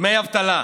דמי אבטלה,